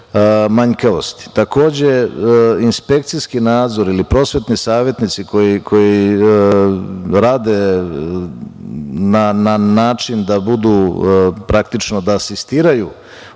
manjkavosti. Takođe, inspekcijski nadzor ili prosvetni savetnici koji rade na način da praktično asistiraju